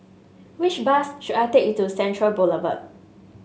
which bus should I take to Central Boulevard